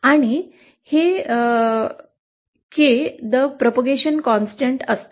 आणि के सतत प्रचार चालू K the propagation constant असतो